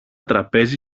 τραπέζι